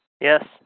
Yes